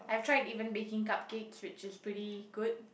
I've tried even baking cupcakes which is pretty good